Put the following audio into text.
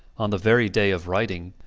on the very day of writing,